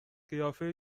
قیافه